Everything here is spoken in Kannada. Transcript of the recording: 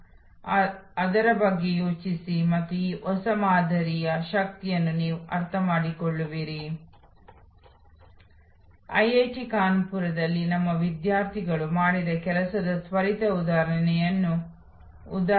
ಆದ್ದರಿಂದ ಎಲ್ಲಾ ವ್ಯವಹಾರಗಳು ಯಾವುದೇ ಸಮಯದಲ್ಲಿ ಇಲ್ಲಿವೆ ಅಸ್ತಿತ್ವದಲ್ಲಿರುವ ಸೇವೆಯನ್ನು ಅಸ್ತಿತ್ವದಲ್ಲಿರುವ ಗ್ರಾಹಕರಿಗೆ ನೀಡಲಾಗುತ್ತಿದೆ